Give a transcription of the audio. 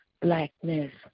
blackness